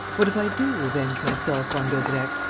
what if i do revenge myself on daubrecq,